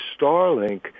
Starlink